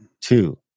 Two